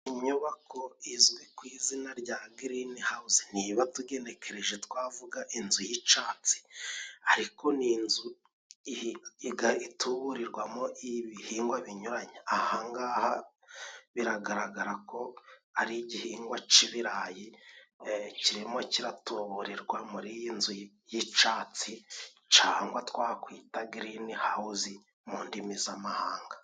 Iyi nyubako izwi ku izina rya grini hawuzi niba tugenekereje twavuga inzu y'icatsi ariko n'inzu iga ituburirwamo ibihingwa binyuranye. Ahangaha biragaragara ko ari igihingwa c'ibirayi kirimo kiratuburirwa muri iyi nzu y'icatsi cangwa twakwita grini hawuzi mu ndimi z'amahanga.